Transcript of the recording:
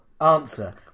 answer